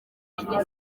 mashusho